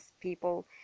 people